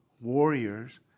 warriors